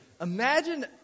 imagine